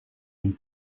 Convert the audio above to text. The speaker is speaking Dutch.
een